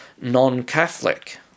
non-Catholic